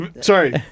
sorry